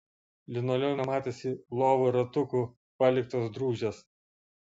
linoleume matėsi lovų ratukų paliktos drūžės